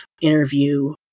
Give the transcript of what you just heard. interview